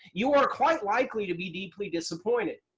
you are quite likely to be deeply disappointed.